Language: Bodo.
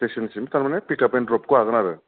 स्तिसनसिम तारमाने पिकाप आरो ड्रपखौ हागोन आरो